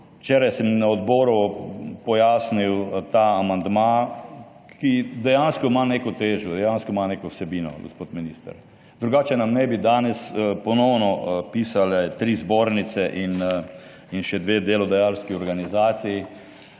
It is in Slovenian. Včeraj sem na odboru pojasnil ta amandma, ki dejansko ima neko težo, dejansko ima neko vsebino, gospod minister, drugače nam ne bi danes ponovno pisale tri zbornice in še dve delodajalski organizaciji,